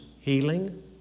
healing